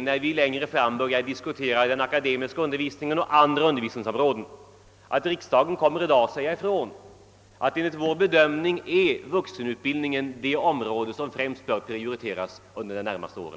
När vi i framtiden diskuterar den akademiska undervisningen och andra undervisningsområden skall vi komma ihåg att riksdagen i dag kommer att säga ifrån att vuxenutbildningen är det område som främst bör prioriteras under de närmaste åren.